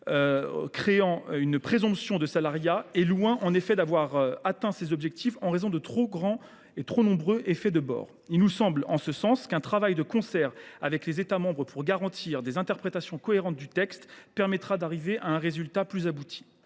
créant une présomption de salariat est en effet loin d’avoir atteint ses objectifs en raison de trop nombreux effets de bord. Il nous semble qu’un travail commun avec les États membres pour garantir des interprétations cohérentes du texte permettrait d’arriver à un résultat plus abouti.